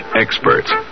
experts